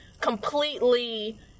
completely